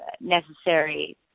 necessary